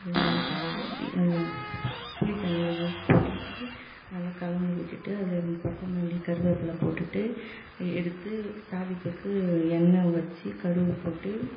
அது என்னது அது அது புளி தண்ணியில் கொட்டிவிட்டு நல்லா கலந்து விட்டுவிட்டு அதில் கொத்தமல்லி கருவேப்பிலை போட்டுவிட்டு எடுத்து தாளிப்புக்கு எண்ணெய் வைச்சி கடுகு போட்டு